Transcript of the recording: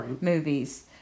movies